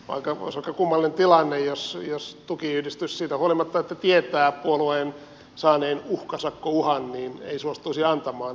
olisi aika kummallinen tilanne jos tukiyhdistys siitä huolimatta että tietää puolueen saaneen uhkasakkouhan ei suostuisi antamaan niitä tietoja